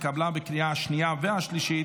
התקבלה בקריאה השנייה והשלישית,